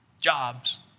Jobs